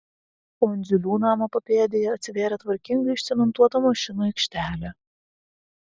o andziulių namo papėdėje atsivėrė tvarkingai išcementuota mašinų aikštelė